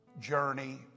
journey